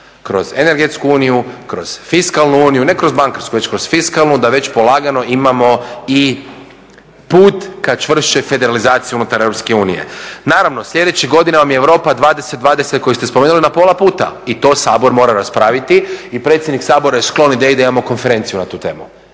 kroz energetsku uniju, kroz fiskalnu uniju. Ne kroz bankarsku, već kroz fiskalnu da već polagano imamo i put ka čvršćoj federalizaciji unutar EU. Naravno, sljedećih godina vam je Europa 2020 koju ste spomenuli na pola puta. I to Sabor mora raspraviti i predsjednik Sabora je sklon ideji da imamo konferenciju na tu temu,